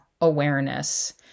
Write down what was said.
awareness